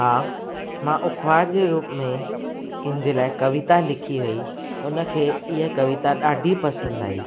हा मां उपहार जे रूप में कंहिंजे लाइ कविता लिखी हुई उन खे ईअ कविता ॾाढी पसंदि आई